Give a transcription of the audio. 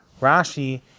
Rashi